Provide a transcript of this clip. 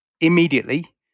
immediately